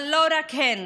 אבל לא רק הן.